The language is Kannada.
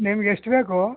ನಿಮ್ಗೆ ಎಷ್ಟು ಬೇಕು